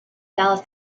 dallas